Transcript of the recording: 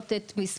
ולעלות את המספר,